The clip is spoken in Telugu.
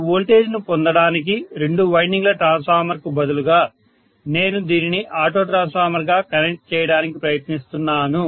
ఈ వోల్టేజ్ ను పొందడానికి రెండు వైండింగ్ ట్రాన్స్ ఫార్మర్ కు బదులుగా నేను దీనిని ఆటో ట్రాన్స్ఫార్మర్లా కనెక్ట్ చేయడానికి ప్రయత్నిస్తున్నాను